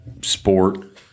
sport